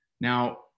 Now